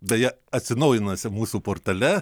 beja atsinaujinusiam mūsų portale